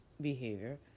behavior